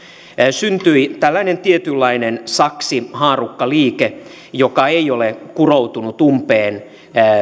syntyi tällainen tietynlainen saksi haarukka liike joka ei ole kuroutunut umpeen